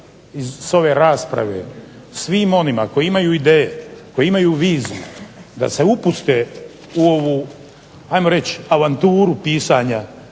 sa ove rasprave svim onima koji imaju ideje, koji imaju viziju da se upuste u ovu ajmo reći avanturu pisanja